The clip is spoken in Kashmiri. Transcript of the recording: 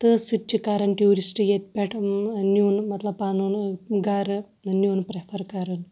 تہٕ سُہ تہِ چھِ کَران ٹیوٗرِسٹ ییٚتہِ پٮ۪ٹھ نیُٚن مطلب پَنُن گَرٕ نیُٚن پرٛیفَر کَران